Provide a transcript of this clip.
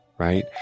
right